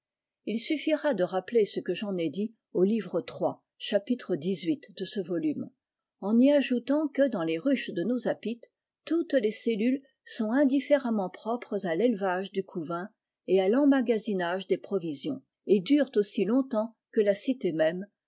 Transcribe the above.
il suffira de rappeler ce que j'en ai dit au livre iii chap xviii de ce volume en y ajoutant que dans les ruches de nos apites toutes les cellules sont indifféremment propres à l'élevage du couvain et à temmagasinage des provisions et durent aussi longtemps que la cité même